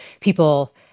people